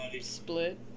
Split